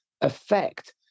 affect